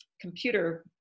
computer